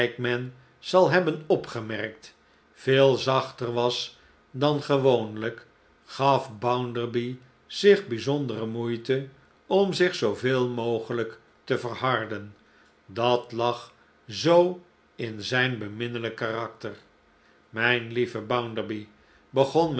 zal hebben opgemerkt veel zachter was dan gewoonlijk gaf bounderby zich bijzondere moeite om zich zooveel mogelijk te verharden dat lag zoo in zijn beminnelijk karakter mijn lieve bounderby begon